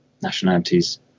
nationalities